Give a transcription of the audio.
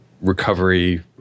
recovery